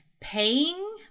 paying